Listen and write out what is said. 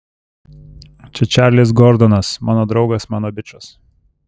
čia čarlis gordonas mano draugas mano bičas